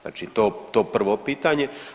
Znači to prvo pitanje.